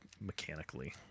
mechanically